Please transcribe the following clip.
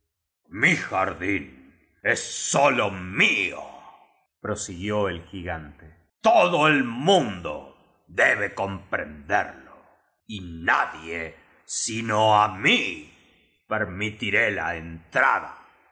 mi jardín es solo mío prosiguió el gigante todo el mundo debe compreny nadie sino á mí permitiré la